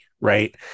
right